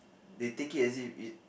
they take it as if it